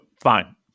fine